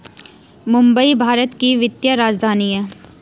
मुंबई भारत की वित्तीय राजधानी है